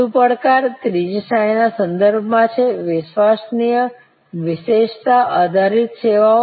વધુ પડકાર ત્રીજી શ્રેણી ના સંદર્ભમાં છે વિશ્વસનીય વિશેષતા આધારિત સેવાઓ